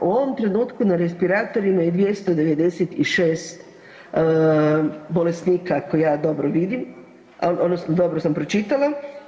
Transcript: U ovom trenutku na respiratorima je 296 bolesnika ako ja dobro vidim, odnosno dobro sam pročitala.